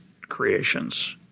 creations